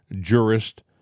jurist